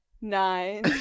nine